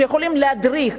שיכולים להדריך,